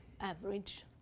average